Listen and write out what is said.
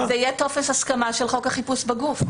לא, לא, זה יהיה טופס הסכמה של חוק החיפוש בגוף.